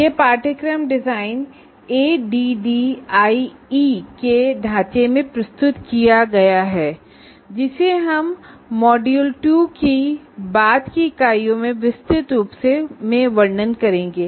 यह course design एडीडीआईईADDIE Analysis Design Development Implement and Evaluateके ढांचे में प्रस्तुत किया गया है जिसका हम मॉड्यूल 2 की बाद की इकाइयों में विस्तृत रूप में वर्णन करेंगे